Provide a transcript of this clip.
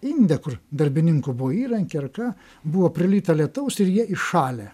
inde kur darbininkų buvo įrankiai ar ką buvo prilyta lietaus ir jie įšalę